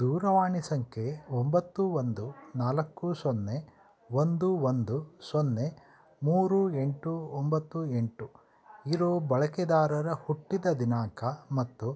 ದೂರವಾಣಿ ಸಂಖ್ಯೆ ಒಂಬತ್ತು ಒಂದು ನಾಲ್ಕು ಸೊನ್ನೆ ಒಂದು ಒಂದು ಸೊನ್ನೆ ಮೂರು ಎಂಟು ಒಂಬತ್ತು ಎಂಟು ಇರೋ ಬಳಕೆದಾರರ ಹುಟ್ಟಿದ ದಿನಾಂಕ ಮತ್ತು